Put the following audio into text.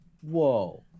Whoa